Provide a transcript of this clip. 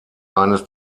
eines